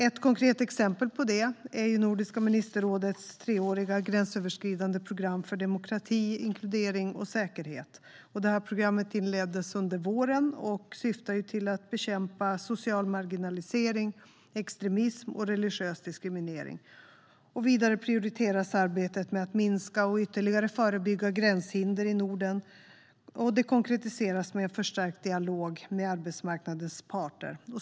Ett konkret exempel på det är Nordiska ministerrådets treåriga gränsöverskridande program för demokrati, inkludering och säkerhet. Detta program inleddes under våren och syftar till att bekämpa social marginalisering, extremism och religiös diskriminering. Vidare prioriteras arbetet med att minska och ytterligare förebygga gränshinder i Norden. Det konkretiseras med en förstärkt dialog med arbetsmarknadens parter.